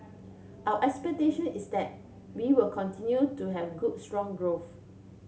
our expectation is that we will continue to have good strong growth